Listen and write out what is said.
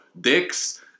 dicks